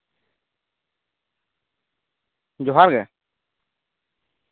ᱡᱚᱦᱟᱨᱜᱮ